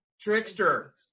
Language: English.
Trickster